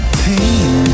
pain